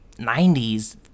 90s